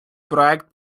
проект